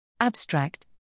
Abstract